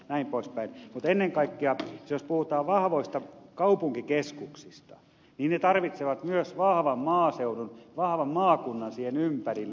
mutta ennen kaikkea jos puhutaan vahvoista kaupunkikeskuksista ne tarvitsevat myös vahvan maaseudun vahvan maakunnan siihen ympärille